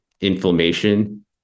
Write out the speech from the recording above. inflammation